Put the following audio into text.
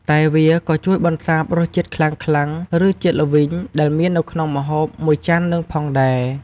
តែវាក៏ជួយបន្សាបរសជាតិខ្លាំងៗ ឬជាតិល្វីងដែលមាននៅក្នុងម្ហូបមួយចាននឹងផងដែរ។